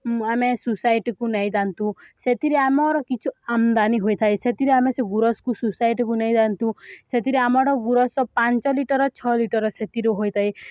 ଆମେ ସୋସାଇଟିକୁ ନେଇଥାନ୍ତୁ ସେଥିରେ ଆମର କିଛି ଆମଦାନୀ ହୋଇଥାଏ ସେଥିରେ ଆମେ ସେ ଗୁୁରସକୁ ସୋସାଇଟିକୁ ନେଇଥାନ୍ତୁ ସେଥିରେ ଆମର ଗୁୁରସ ପାଞ୍ଚ ଲିଟର ଛଅ ଲିଟର ସେଥିରୁ ହୋଇଥାଏ